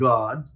God